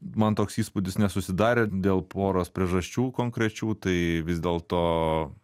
man toks įspūdis nesusidarė dėl poros priežasčių konkrečių tai vis dėlto